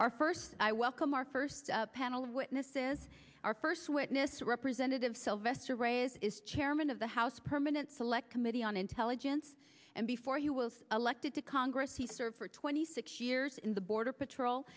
our first i welcome our first panel of witnesses our first witness representative sylvester reyes is chairman of the house permanent select committee on intelligence and before you will elected to congress he served for twenty six years in the border patrol